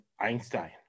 einstein